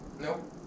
Nope